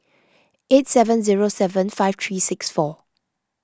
eight seven zero seven five three six four